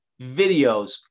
videos